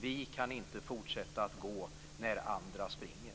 Vi kan inte fortsätta att gå när andra springer.